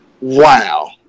wow